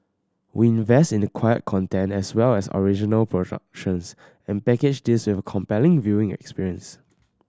we invest in acquired content as well as original productions and package this with a compelling viewing experience